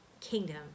kingdom